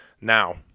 Now